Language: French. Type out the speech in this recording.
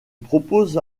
propose